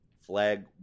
Flag